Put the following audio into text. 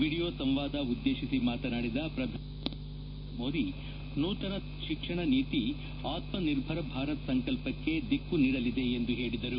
video ಸಂವಾದ ಉದ್ಗೇಶಿಸಿ ಮಾತನಾಡಿದ ಪ್ರಧಾನಮಂತಿ ನರೇಂದ ಮೋದಿ ನೂತನ ಶಿಕ್ಷಣ ನೀತಿ ಆತ್ಮ ನಿರ್ಭರ ಭಾರತ ಸಂಕಲ್ಪಕ್ಕೆ ದಿಕ್ಕು ನೀಡಲಿದೆ ಎಂದು ಹೇಳಿದರು